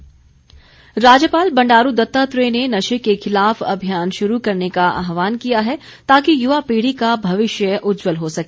राज्यपाल राज्यपाल बंडारू दत्तात्रेय ने नशे के खिलाफ अभियान शुरू करने का आहवान किया है ताकि युवा पीढ़ी का भविष्य उज्जवल हो सके